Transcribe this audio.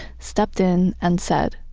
stepped in and said,